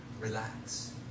Relax